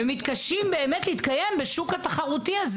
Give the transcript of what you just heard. ומתקשים באמת להתקיים בשוק התחרותי הזה,